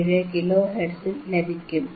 477 kilohertz ലഭിക്കും